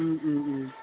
ও ও ও